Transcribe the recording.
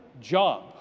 job